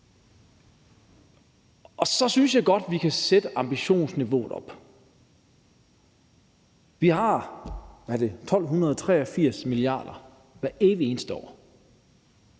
Så jeg synes godt, at vi kan sætte ambitionsniveauet op. Vi har, hvad er det, 1.283 mia. kr. hvert evig eneste år.